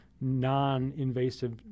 non-invasive